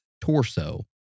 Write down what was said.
torso